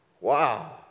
wow